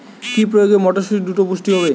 কি প্রয়োগে মটরসুটি দ্রুত পুষ্ট হবে?